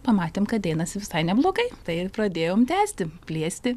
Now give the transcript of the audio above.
pamatėm kad einasi visai neblogai tai ir pradėjom tęsti plėsti